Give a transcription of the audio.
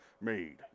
Made